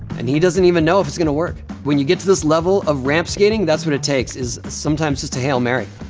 and he doesn't even know if it's gonna work. when you get to this level of ramp skating, that's what it takes is sometimes just a hail mary.